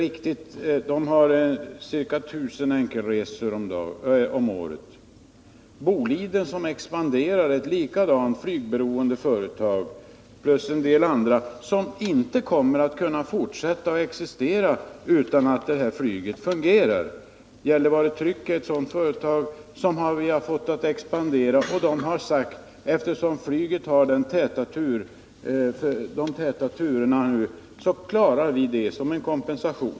Jag kan nämna att LKAB efterfrågar ca 1000 enkelresor om året. Boliden, ett expanderande och likaså flygberoende företag, kommer tillsammans med en del andra företag inte att kunna fortsätta att existera utan att flygtrafiken på Gällivare flygplats fungerar. Gällivare Tryck, ett annat företag som har lyckats expandera, har uttalat att man klarar verksamheten tack vare de täta flygturerna.